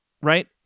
right